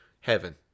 heaven